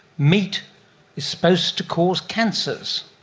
meat is supposed to cause cancers.